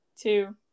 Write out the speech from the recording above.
two